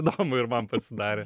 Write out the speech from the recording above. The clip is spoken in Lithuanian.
įdomu ir man pasidarė